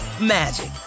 magic